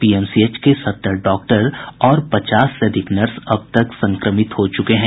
PMCH के सत्तर doctor और पचास से अधिक नर्स अब तक संक्रमित हो चुके हैं